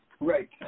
right